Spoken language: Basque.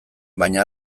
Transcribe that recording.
baina